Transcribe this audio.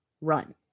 run